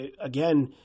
again